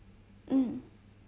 mm